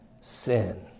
sin